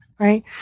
right